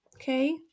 Okay